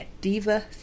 Diva